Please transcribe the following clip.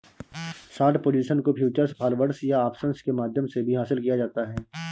short position को futures, forwards या options के माध्यम से भी हासिल किया जाता है